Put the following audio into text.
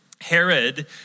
Herod